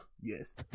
yes